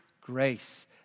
grace